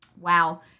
Wow